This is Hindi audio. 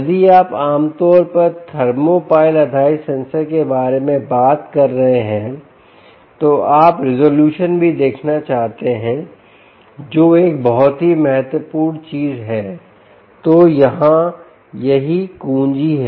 यदि आप आमतौर पर थर्मापाइल आधारित सेंसर के बारे में बात कर रहे हैं तो आप रिज़ॉल्यूशन भी देखना चाहते हैं जो एक बहुत ही महत्वपूर्ण चीज़ है तो यहाँ यही कुंजी हैं